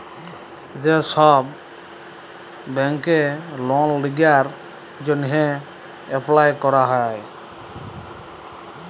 যে ছব ব্যাংকে লল গিলার জ্যনহে এপ্লায় ক্যরা যায়